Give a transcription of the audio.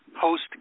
Host